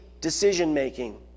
decision-making